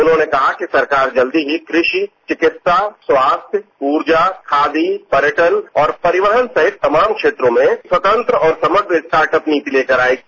उन्होंने कहा कि सरकार जल्द ही कृषि चिकित्सा स्वास्थ्य ऊर्जा खादी पर्यटन और परिवहन सहित तमाम क्षेत्रों में स्वतंत्र और समग्र स्टार्टअप नीति लेकर आएगी